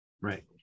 Right